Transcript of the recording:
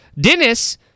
Dennis